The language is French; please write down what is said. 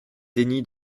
déni